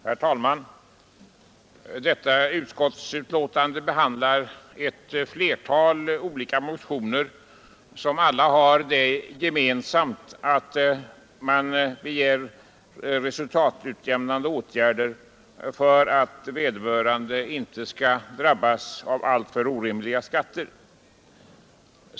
Herr talman! Detta utskottsbetänkande behandlar ett flertal motioner, som alla har det gemensamt att motionärerna begär att småföretagare och andra skall få företa resultatutjämning för att inte drabbas av orimliga skatter.